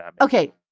Okay